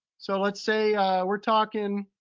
so let's say we're talking,